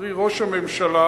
קרי ראש הממשלה,